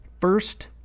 First